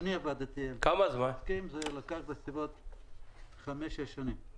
אני עבדתי על זה, זה לקח בסביבות חמש, שש שנים.